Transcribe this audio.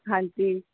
ਹਾਂਜੀ